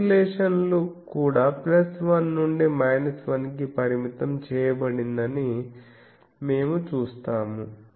oscillation లు కూడా 1 నుండి 1 కి పరిమితం చేయబడిందని మేము చూస్తాము